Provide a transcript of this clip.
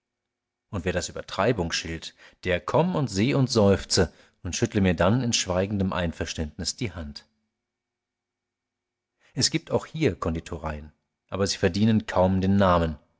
und wer das übertreibung schilt der komm und seh und seufze und schüttle mir dann in schweigendem einverständnis die hand es gibt auch hier konditoreien aber sie verdienen kaum den namen